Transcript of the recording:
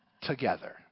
together